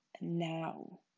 now